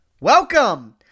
Welcome